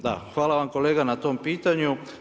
Da, hvala vam kolega na tom pitanju.